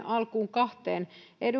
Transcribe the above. alkuun vain kahteen